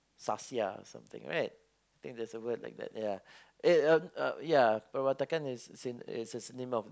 sahsiah or something right I think there's a word like that ya it eh uh uh ya perwatakan is a is a synonym of the